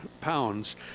pounds